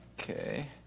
Okay